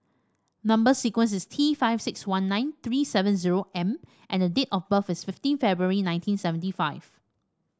number sequence is T five six one nine three seven zero M and date of birth is fifteen February nineteen seventy five